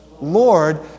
Lord